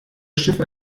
schiffe